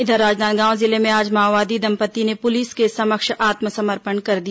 इधर राजनांदगांव जिले में आज माओवादी दंपत्ति ने पुलिस के समक्ष आत्मसमर्पण कर दिया